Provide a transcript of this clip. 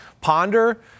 Ponder